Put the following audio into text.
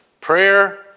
Prayer